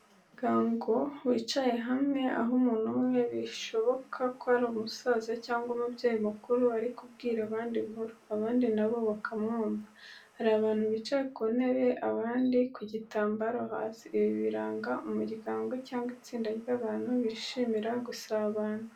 Umuryango wicaye hamwe, aho umuntu umwe birashoboka ko ari umusaza cyangwa umubyeyi mukuru ari kubwira abandi inkuru, abandi na bo bakamwumva. Hari abantu bicaye ku ntebe, abandi ku gitambaro hasi. Ibi biranga umuryango cyangwa itsinda ry'abantu bishimira gusabana.